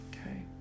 Okay